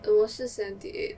err 我是 seventy eight